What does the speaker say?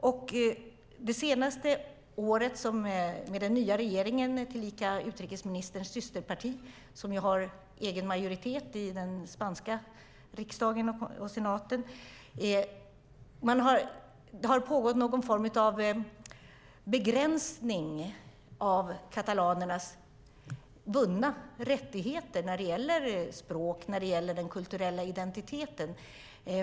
Under det senaste året har det i Spanien - med den nya regeringen med utrikesministerns systerparti, som ju har egen majoritet i den spanska senaten - pågått någon form av begränsning av katalanernas vunna rättigheter när de gäller språk och den kulturella identiteten.